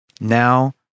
Now